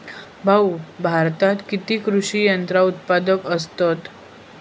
भाऊ, भारतात किती कृषी यंत्रा उत्पादक असतत